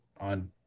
on